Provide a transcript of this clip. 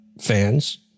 fans